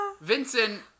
Vincent